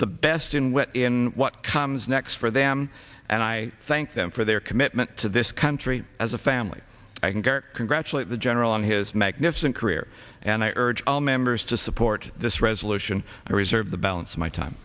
the best in what in what comes next for them and i thank them for their commitment to this country as a family i can go congratulate the general on his magnificent career and i urge all members to support this resolution i reserve the balance of my time